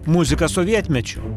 muzika sovietmečiu